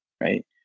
Right